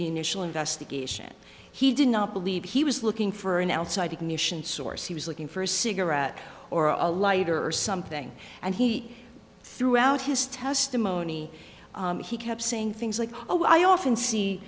the initial investigation he did not believe he was looking for an outside ignition source he was looking for a cigarette or a lighter or something and he threw out his testimony he kept saying things like oh i often see